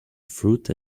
fruit